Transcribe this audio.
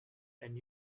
and